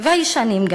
וגם הישנים,